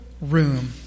room